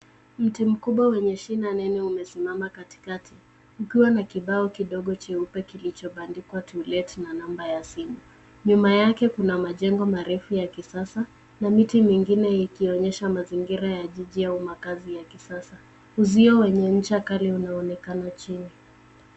Mti mkubwa mwenye shina nene umesimama katikati, ukiwa na kibao kidogo cheupe kilichobandikwa to let na namba ya simu. Nyuma yake Kuna majengo marefu ya kisasa na miti mingine ikionyesha mazingira ya jiji au makazi ya kisasa .Uzio wenye ncha Kali unaoekana chini.